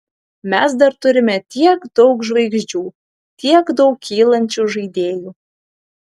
mes dar turime tiek daug žvaigždžių tiek daug kylančių žaidėjų